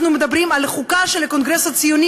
אנחנו מדברים על חוקה של הקונגרס הציוני,